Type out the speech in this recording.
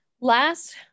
Last